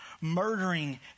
murdering